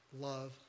Love